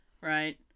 Right